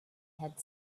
had